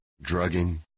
drugging